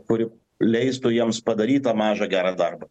kuri leistų jiems padaryt tą mažą gerą darbą